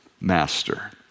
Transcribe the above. master